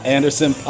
Anderson